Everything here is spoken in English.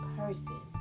person